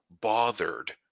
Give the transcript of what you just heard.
bothered